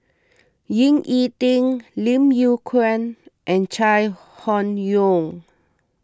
Ying E Ding Lim Yew Kuan and Chai Hon Yoong